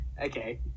Okay